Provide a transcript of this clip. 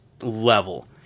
level